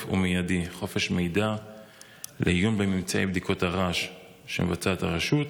ומיידי חופש מידע לעיון בממצאי בדיקות הרעש שמבצעת הרשות?